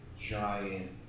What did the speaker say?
giant